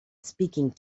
speaking